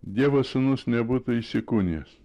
dievo sūnus nebūtų įsikūnijęs